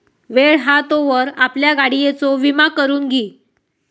वेळ हा तोवर आपल्या गाडियेचो विमा करून घी